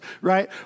Right